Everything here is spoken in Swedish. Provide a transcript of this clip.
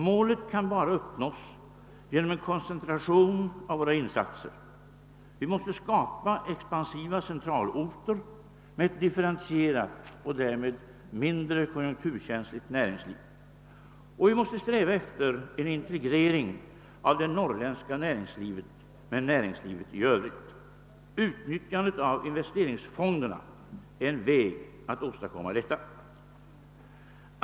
Målet kan bara uppnås genom en koncentration av våra insatser. Vi måste skapa expansiva centralorter med ett differentierat och därmed mindre konjunkturkänsligt näringsliv. Och vi måste sträva efter en integrering av det norrländska näringslivet med näringslivet i övrigt. Utnyttjandet av investeringsfonderna är en väg att åstadkomma detta.